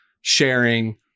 sharing